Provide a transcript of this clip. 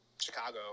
chicago